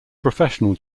professional